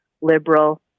Liberal